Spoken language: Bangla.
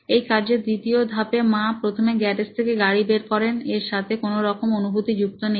এই কার্যের দ্বিতীয় ধাপে মা প্রথমে গ্যারেজ থেকে গাড়ি বের করেন এর সাথে কোনো রকম অনুভুতি যুক্ত নেই